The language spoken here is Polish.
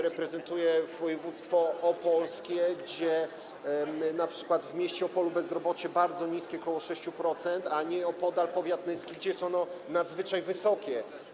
Reprezentuję województwo opolskie, gdzie np. w mieście Opolu bezrobocie jest bardzo niskie, ok. 6%, a nieopodal jest powiat niski, gdzie jest ono nadzwyczaj wysokie.